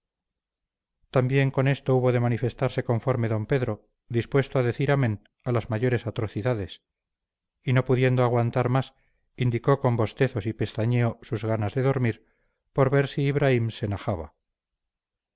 también con esto hubo de manifestarse conforme d pedro dispuesto a decir amén a las mayores atrocidades y no pudiendo aguantar más indicó con bostezos y pestañeo sus ganas de dormir por ver si ibraim se najaba